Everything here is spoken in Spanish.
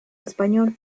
español